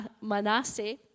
Manasseh